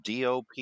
DOP